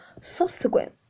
subsequent